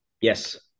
Yes